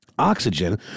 Oxygen